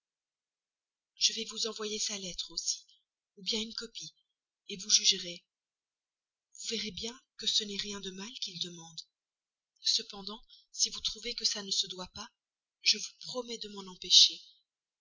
je vais vous envoyer sa lettre aussi ou bien une copie vous jugerez vous verrez bien que ce n'est rien de mal qu'il demande cependant si vous trouvez que ça ne se doit pas je vous promets de m'en empêcher